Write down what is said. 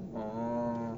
orh